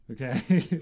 okay